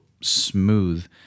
smooth